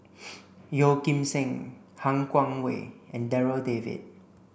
Yeo Kim Seng Han Guangwei and Darryl David